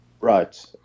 Right